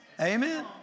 Amen